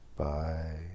Bye